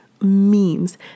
Memes